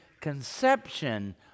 conception